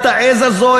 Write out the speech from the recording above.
את העז הזו,